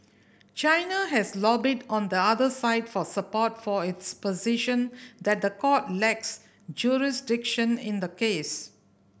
China has lobbied on the other side for support for its position that the court lacks jurisdiction in the case